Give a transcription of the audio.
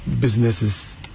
businesses